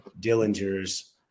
Dillinger's